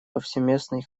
повсеместный